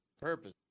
purpose